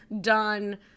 done